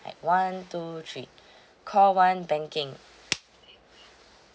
one two three call one banking